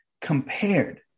compared